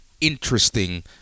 interesting